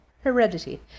heredity